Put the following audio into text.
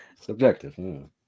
Subjective